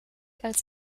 als